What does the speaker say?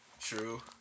true